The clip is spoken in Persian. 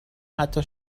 حتی